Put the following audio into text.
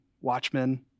Watchmen